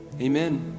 amen